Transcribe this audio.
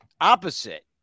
opposite